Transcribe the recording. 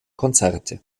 konzerte